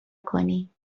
کنی